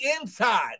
inside